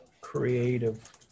Creative